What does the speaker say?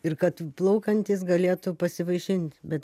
ir kad plaukantys galėtų pasivaišint bet